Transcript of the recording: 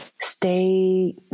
stay